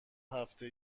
هفته